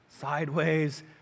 sideways